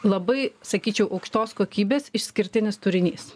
labai sakyčiau aukštos kokybės išskirtinis turinys